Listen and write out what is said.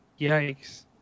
Yikes